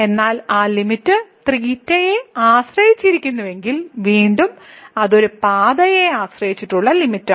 എന്നാൽ ആ ലിമിറ്റ് തീറ്റയെ ആശ്രയിച്ചിരിക്കുന്നുവെങ്കിൽ വീണ്ടും അത് ഒരു പാതയെ ആശ്രയിച്ചുള്ള ലിമിറ്റാണ്